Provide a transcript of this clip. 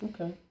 Okay